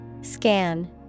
Scan